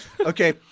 Okay